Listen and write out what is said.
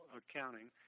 accounting